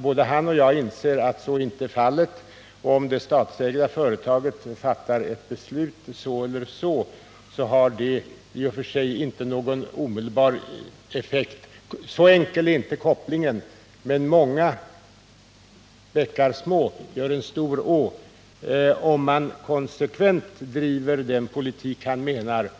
Både han och jag inser att så inte är fallet. Om det statsägda företaget fattar ett beslut på det ena eller andra sättet, har det i och för sig inte någon omedelbar effekt. Så enkel är inte kopplingen, men många bäckar små gör en stor å. Om vi konsekvent driver den politik som Alf Lövenborg anser